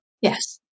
Yes